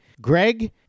Greg